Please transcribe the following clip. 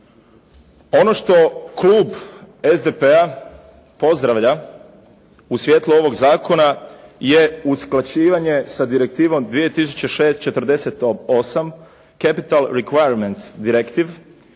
Ono što klub SDP-a pozdravlja u svjetlu ovog zakona je usklađivanje sa direktivom 2048. capital requiements directive